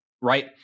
right